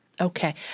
Okay